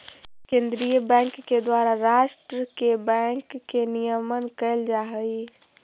केंद्रीय बैंक के द्वारा राष्ट्र के बैंक के नियमन कैल जा हइ